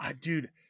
Dude